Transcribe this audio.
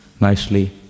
nicely